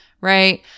right